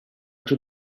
giù